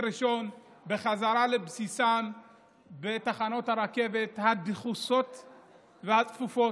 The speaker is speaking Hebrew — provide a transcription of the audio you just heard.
ראשון בחזרה לבסיסם בתחנות הרכבת הדחוסות והצפופות,